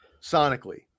sonically